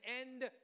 end